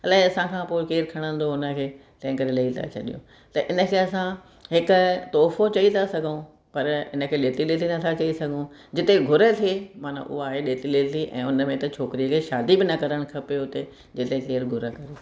अलाए असांखां पोइ केरु खणंदो उनखे तंहिं करे ॾेई था छॾियूं त इनखे असां हिकु तुहिफ़ो चई था सघूं पर इनखे लेती ॾेती न था चई सघूं जिते घुर थे माना उहा आहे ॾेती लेती ऐं उन में त छोकिरीअ खे शादी बि न करणु खपे उते जिते केर घुर कंदो